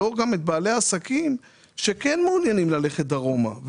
בעלי העסקים שכן מעוניינים ללכת דרומה.